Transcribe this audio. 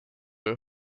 her